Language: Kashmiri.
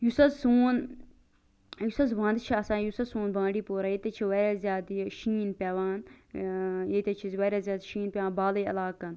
یُس حظ سون یُس حظ وَندٕ چھ آسان یُس حظ سون بانڈی پورہ ییٚتہ تہِ چھ واریاہ زیادٕ یہِ شیٖن پیٚوان ییٚتہِ حظ چھ اَسہِ واریاہ زیادٕ شیٖن پیٚوان بالٲیی عَلاقَن